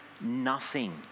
nothing